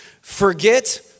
Forget